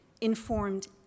informed